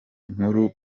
nkuru